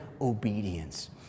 obedience